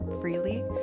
freely